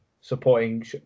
supporting